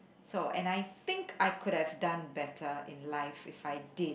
so and I think I could have done better in life if I did